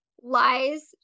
lies